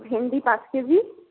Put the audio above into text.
ভেন্ডি পাঁচ কেজি